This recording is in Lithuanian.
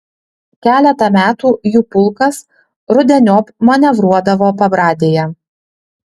keletą metų jų pulkas rudeniop manevruodavo pabradėje